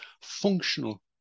functional